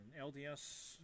LDS